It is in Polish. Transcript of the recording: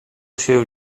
się